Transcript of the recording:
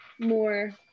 more